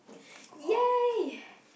!yay!